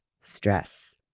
stress